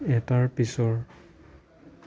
এটাৰ পিছৰ